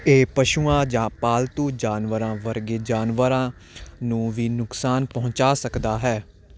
ਇਹ ਪਸ਼ੂਆਂ ਜਾਂ ਪਾਲਤੂ ਜਾਨਵਰਾਂ ਵਰਗੇ ਜਾਨਵਰਾਂ ਨੂੰ ਵੀ ਨੁਕਸਾਨ ਪਹੁੰਚਾ ਸਕਦਾ ਹੈ